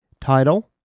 title